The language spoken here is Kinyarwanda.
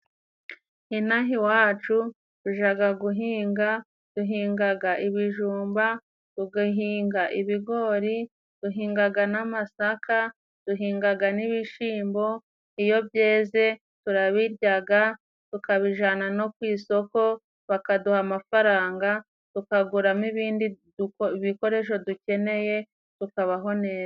Ino aha iwacu tujaga guhinga duhingaga ibijumba, tugahinga ibigori ,duhingaga n'amasaka ,duhingaga n'ibishimbo, iyo byeze turabiryaga ,tukabijana no ku isoko bakaduha amafaranga tukaguramo ibindi bikoresho dukeneye tukabaho neza.